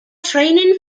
training